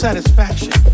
Satisfaction